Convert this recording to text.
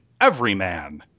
Everyman